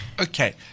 Okay